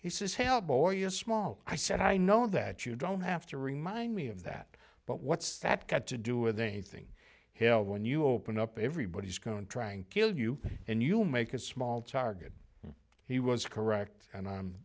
he says hellboy a small i said i know that you don't have to remind me of that but what's that got to do with a thing here when you open up everybody's going trying to kill you and you'll make a small target he was correct and i'm